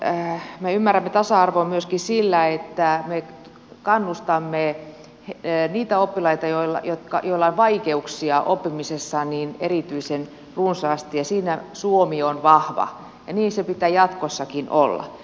me ymmärrämme tasa arvoa myöskin sillä tavalla että kannustamme niitä oppilaita joilla on vaikeuksia oppimisessa erityisen runsaasti ja siinä suomi on vahva ja niin sen pitää jatkossakin olla